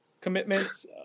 commitments